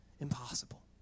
impossible